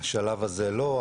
בשלב הזה לא.